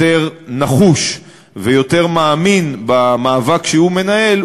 יותר נחוש ויותר מאמין במאבק שהוא מנהל,